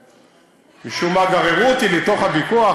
שמשום מה גררו אותי לתוך הוויכוח,